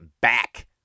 back